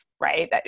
right